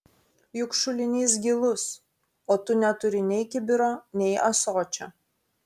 juk šulinys gilus o tu neturi nei kibiro nei ąsočio